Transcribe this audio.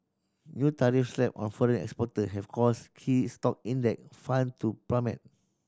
new tariffs slapped on foreign exporter have caused key stock index fund to plummet